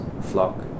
flock